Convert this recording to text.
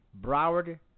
Broward